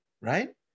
right